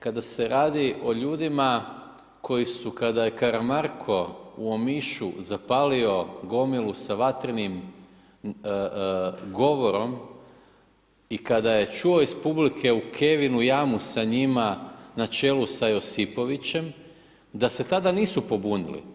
Kada se radi o ljudima koji su, kada je Karamarko u Omišu zapalio gomilu sa vatrenim govorom i kada je čuo iz publike u kevinu jamu sa njima na čelu sa Josipovićem, da se tada nisu pobunili.